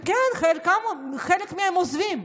וכן, חלק מהם עוזבים.